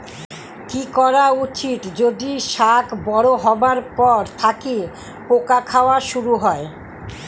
কি করা উচিৎ যদি শাক বড়ো হবার পর থাকি পোকা খাওয়া শুরু হয়?